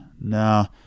No